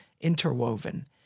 interwoven